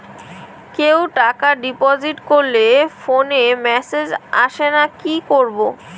কেউ টাকা ডিপোজিট করলে ফোনে মেসেজ আসেনা কি করবো?